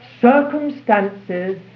Circumstances